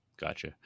Gotcha